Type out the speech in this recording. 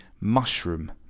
mushroom